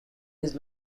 his